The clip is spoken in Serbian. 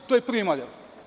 To je prvi model.